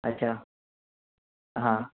अच्छा हां